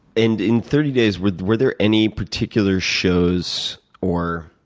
and in thirty days, were were there any particular shows or